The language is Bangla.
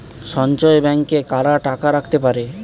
সঞ্চয় ব্যাংকে কারা টাকা রাখতে পারে?